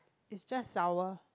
is just sour